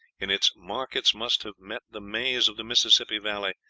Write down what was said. in its markets must have met the maize of the mississippi valley,